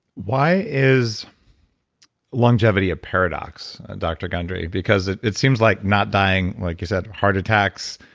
why is longevity a paradox, dr. gundry? because it it seems like not dying, like you said heart attacks,